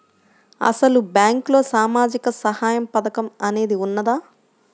అసలు బ్యాంక్లో సామాజిక సహాయం పథకం అనేది వున్నదా?